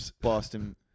Boston